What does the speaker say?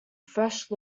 fresh